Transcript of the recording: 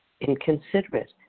inconsiderate